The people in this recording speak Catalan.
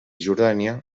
jordània